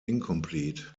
incomplete